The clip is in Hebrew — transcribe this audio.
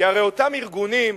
כי הרי אותם ארגונים,